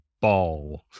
ball